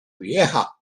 vieja